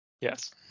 Yes